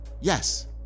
Yes